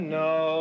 no